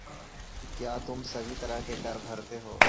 क्या तुम सभी तरह के कर भरते हो?